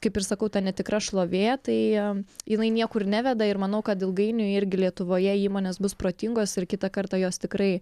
kaip ir sakau ta netikra šlovė tai jinai niekur neveda ir manau kad ilgainiui irgi lietuvoje įmonės bus protingos ir kitą kartą jos tikrai